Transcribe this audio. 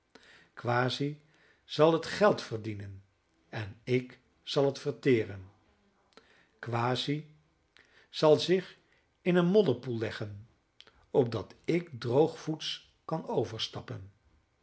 quashy zal het geld verdienen en ik zal het verteren quashy zal zich in een modderpoel leggen opdat ik er droogvoets kan overstappen